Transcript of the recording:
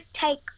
take